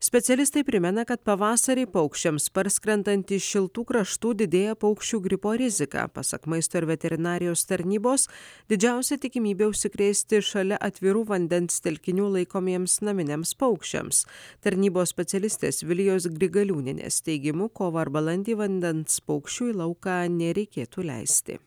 specialistai primena kad pavasarį paukščiams parskrendant iš šiltų kraštų didėja paukščių gripo rizika pasak maisto ir veterinarijos tarnybos didžiausia tikimybė užsikrėsti šalia atvirų vandens telkinių laikomiems naminiams paukščiams tarnybos specialistės vilijos grigaliūnienės teigimu kovą ar balandį vandens paukščių į lauką nereikėtų leisti